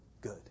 good